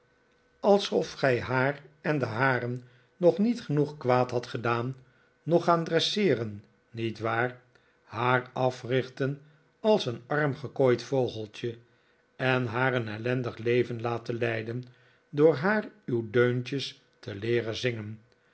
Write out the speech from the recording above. alsof gij haar en de haren nog niet genoeg kwaad hadt gedaan nog gaan dresseeren niet waar haar africhten als een arm gekooic vogeltje en haar een ellendig leven laten leiden door haar uw deuntjes te leeren zingen